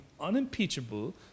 unimpeachable